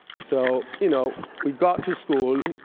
so you know we got to school.